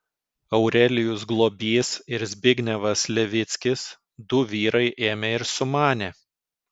aurelijus globys ir zbignevas levickis du vyrai ėmė ir sumanė